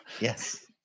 yes